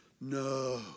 no